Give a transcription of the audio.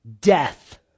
Death